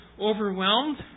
overwhelmed